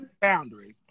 boundaries